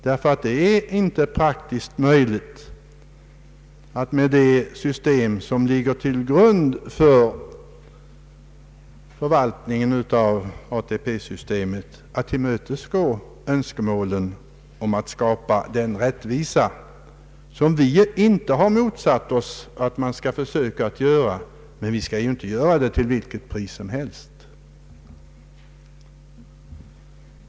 Det är nämligen inte praktiskt möjligt att med det system som ligger till grund för förvaltningen av ATP-systemet tillmötesgå önskemålen om att skapa den rättvisa som vi inte har motsatt oss att man försöker uppnå. Men vi kan inte göra det till vilket pris som helst.